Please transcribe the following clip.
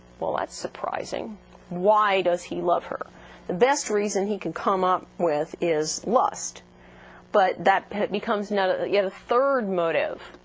well that's surprising why does he love her the best reason he can come up with is lust but that becomes know yeah third motive